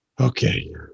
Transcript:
okay